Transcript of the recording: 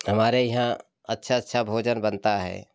हमारे यहाँ अच्छा अच्छा भोजन बनता है